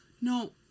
No